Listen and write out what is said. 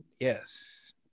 yes